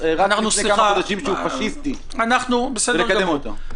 רק לפני כמה חודשים שהוא פשיסטי ולקדם אותו?